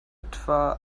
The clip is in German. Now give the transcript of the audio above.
etwa